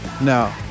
No